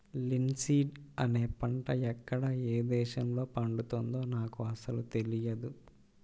linseed అనే పంట ఎక్కడ ఏ దేశంలో పండుతుందో నాకు అసలు తెలియదు